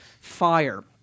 fire